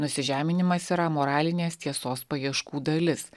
nusižeminimas yra moralinės tiesos paieškų dalis